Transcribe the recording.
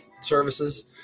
services